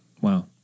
Wow